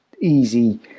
easy